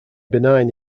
benign